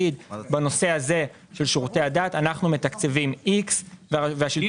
בנושא הזה של שירותי הדת: אנו מתקצבים X- -- ינון,